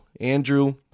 Andrew